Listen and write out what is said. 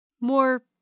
More